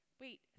Wait